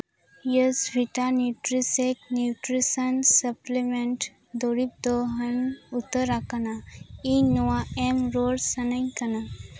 ᱤᱭᱳᱥᱵᱷᱤᱴᱟ ᱱᱤᱭᱩᱴᱨᱮᱥᱮᱠ nutrition supplement ᱫᱩᱨᱵᱽ ᱫᱚ ᱦᱟᱹᱱ ᱩᱛᱟᱹᱨ ᱟᱠᱟᱱᱟ ᱤᱧ ᱱᱚᱣᱟ ᱮᱢ ᱨᱩᱣᱟᱹᱲ ᱥᱟᱱᱟᱧ ᱠᱟᱱᱟ